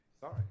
Sorry